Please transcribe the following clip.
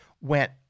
went